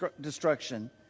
destruction